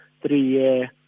three-year